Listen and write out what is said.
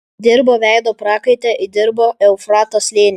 dirbo veido prakaite įdirbo eufrato slėnį